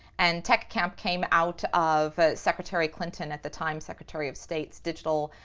and techcamp came out of secretary clinton at the time, secretary of state's digital